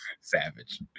savage